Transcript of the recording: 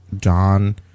John